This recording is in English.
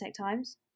Times